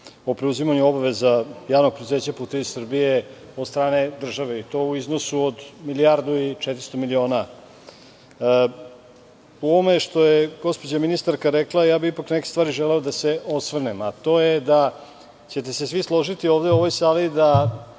o preuzimanju obaveza Javnog preduzeća "Putevi Srbije" od strane države i to u iznosu od milijardu i 400 miliona. U ovome što je gospođa ministarka rekla, ja bih ipak želeo da se na neke stvari osvrnem, a to je da ćete se svi složiti ovde u ovoj sali da